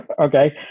Okay